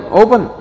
open